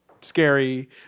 Scary